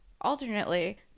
alternately